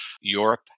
Europe